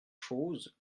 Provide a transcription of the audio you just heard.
chose